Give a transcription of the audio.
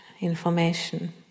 information